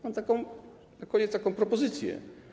Mam na koniec taką propozycję.